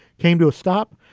came to a stop.